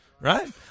right